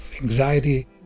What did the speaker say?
anxiety